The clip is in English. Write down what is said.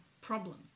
problems